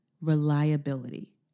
Reliability